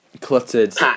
cluttered